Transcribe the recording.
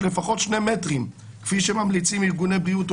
לפחות שני מטרים כפי שממליצים ארגוני בריאות עולמיים,